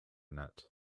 net